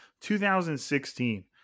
2016